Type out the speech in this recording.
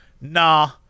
Nah